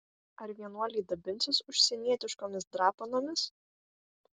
ar vienuoliai dabinsis užsienietiškomis drapanomis